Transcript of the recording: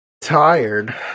Tired